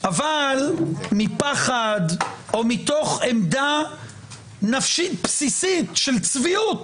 אבל מפחד או מתוך עמדה נפשית בסיסית של צביעות